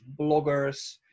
bloggers